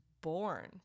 born